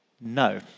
no